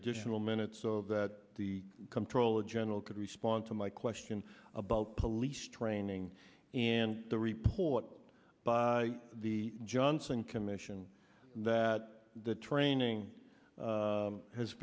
additional minute so that the comptroller general could respond to my question about police training and the report by the johnson commission that the training